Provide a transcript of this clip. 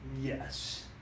Yes